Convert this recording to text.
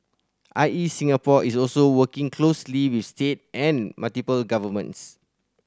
I E Singapore is also working closely with state and municipal governments